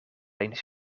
eens